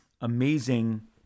amazing